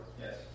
Yes